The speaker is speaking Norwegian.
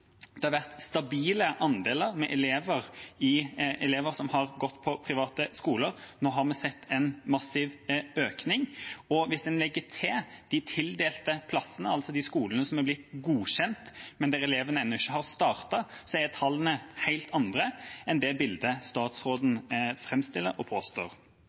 Det har vært stabile andeler med elever som har gått på privatskoler. Nå har vi sett en massiv økning. Hvis en legger til de tildelte plassene, altså de skolene som har blitt godkjent, men der elevene ennå ikke har startet, er tallene helt annerledes enn det som statsråden framstiller og påstår.